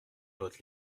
votre